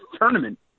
tournament